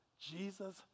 Jesus